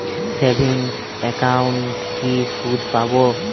Savings একাউন্টে কি সুদ পাব?